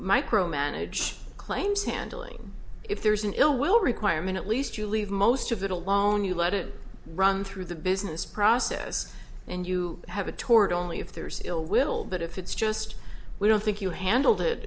micromanage claims handling if there's an ill will requirement at least you leave most of that alone you let it run through the business process and you have a tort only if there is ill will but if it's just we don't think you handled it